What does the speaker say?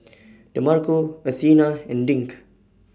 Demarco Athena and Dink